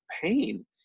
pain